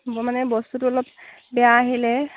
মই মানে বস্তুটো অলপ বেয়া আহিলে